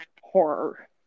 horror